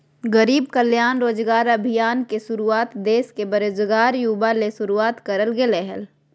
गरीब कल्याण रोजगार अभियान के शुरुआत देश के बेरोजगार युवा ले शुरुआत करल गेलय हल